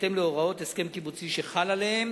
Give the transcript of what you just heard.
בהתאם להוראות הסכם קיבוצי שחל עליהם